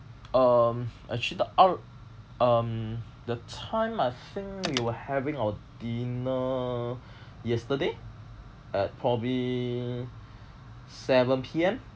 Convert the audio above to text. um actually the uh um the time I think we were having our dinner yesterday at probably seven P_M